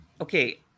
okay